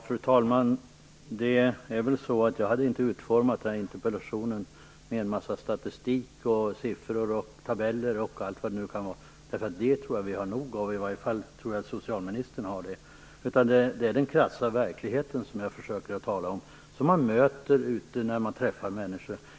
Fru talman! Jag hade inte utformat den här interpellationen med en massa statistik, siffror och tabeller osv. Det tror jag att vi har nog av ändå - i varje fall tror jag att socialministern har det. Det är i stället den krassa verkligheten jag försöker tala om, den som man möter när man är ute och träffar människor.